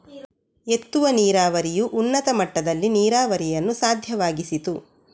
ಎತ್ತುವ ನೀರಾವರಿಯು ಉನ್ನತ ಮಟ್ಟದಲ್ಲಿ ನೀರಾವರಿಯನ್ನು ಸಾಧ್ಯವಾಗಿಸಿತು